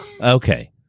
Okay